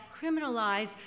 criminalize